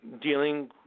dealing